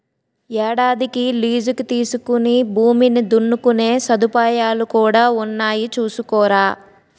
ఏడాదికి లీజుకి తీసుకుని భూమిని దున్నుకునే సదుపాయాలు కూడా ఉన్నాయి చూసుకోరా